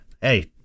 hey